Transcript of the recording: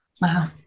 Wow